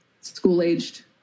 school-aged